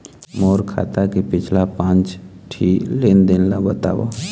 मोर खाता के पिछला पांच ठी लेन देन ला बताव?